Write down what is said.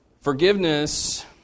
Forgiveness